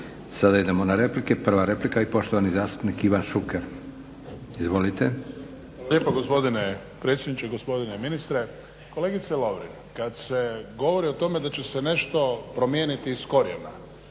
Sada idemo na preslike. Prva replika i poštovani zastupnik Ivan Šuker. Izvolite. **Šuker, Ivan (HDZ)** Hvala lijepo gospodine predsjedniče. Gospodine ministre. Kolegice Lovrin kada se govori o tome da će se nešto promijeniti iz korijena,